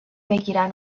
بگیرن